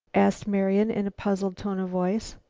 asked marian in a puzzled tone of voice.